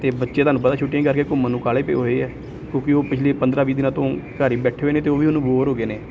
ਅਤੇ ਬੱਚੇ ਤੁਹਾਨੂੰ ਪਤਾ ਛੁੱਟੀਆਂ ਕਰਕੇ ਘੁੰਮਣ ਨੂੰ ਕਾਹਲੇ ਪਏ ਹੋਏ ਹੈ ਕਿਉਂਕਿ ਉਹ ਪਿਛਲੇ ਪੰਦਰਾਂ ਵੀਹ ਦਿਨਾਂ ਤੋਂ ਘਰ ਹੀ ਬੈਠੇ ਹੋਏ ਨੇ ਅਤੇ ਉਹ ਵੀ ਹੁਣ ਬੋਰ ਹੋ ਗਏ ਨੇ